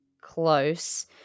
close